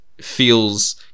feels